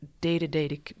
day-to-day